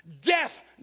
Death